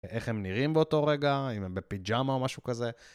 איך הם נראים באותו רגע, אם הם בפיג'מה או משהו כזה.